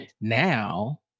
Now